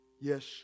Yes